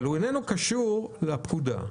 הוא איננו קשור לפקודה,